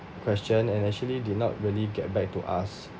question and actually did not really get back to us